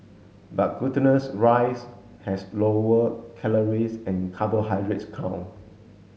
but glutinous rice has lower calories and carbohydrates count